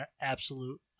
absolute